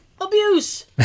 Abuse